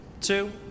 Two